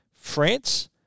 France